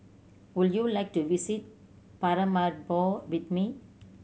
would you like to visit Paramaribo with me